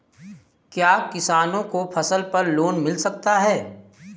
क्या किसानों को फसल पर लोन मिल सकता है?